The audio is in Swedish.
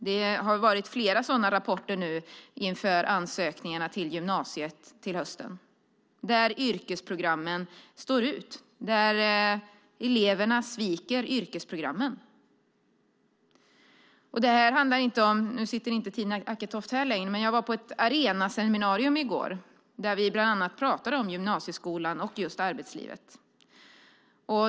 Det har kommit flera sådana rapporter inför ansökningarna till gymnasiet till hösten, där yrkesprogrammen står ut och eleverna sviker yrkesprogrammen. Nu sitter inte Tina Acketoft här längre, men jag var på ett Arenaseminarium i går, där vi bland annat talade om just gymnasieskolan och arbetslivet.